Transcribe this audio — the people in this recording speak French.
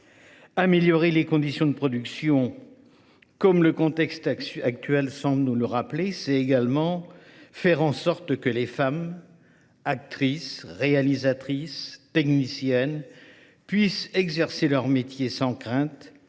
Améliorer les conditions de production, comme le contexte actuel semble nous le rappeler, c’est également faire en sorte que les femmes, actrices, réalisatrices, techniciennes puissent exercer leur métier sans crainte.